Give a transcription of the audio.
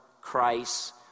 Christ